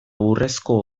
urrezko